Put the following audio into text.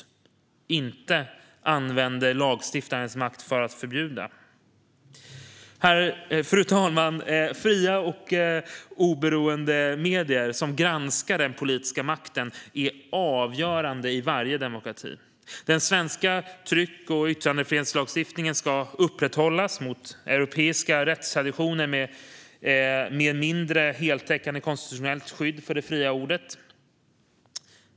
Vi använder inte lagstiftarens makt för att förbjuda. Fru talman! Fria och oberoende medier som granskar den politiska makten är avgörande i varje demokrati. Den svenska tryck och yttrandefrihetslagstiftningen ska upprätthållas mot europeiska rättstraditioner med mindre heltäckande konstitutionellt skydd för det fria ordet.